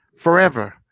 forever